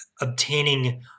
Obtaining